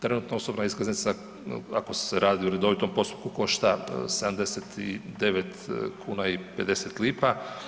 Trenutno osobna iskaznica ako se radi o redovitom postupku košta 79,50 kn.